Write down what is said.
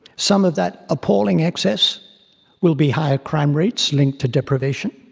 some of that appalling excess will be higher crime rates, linked to deprivation,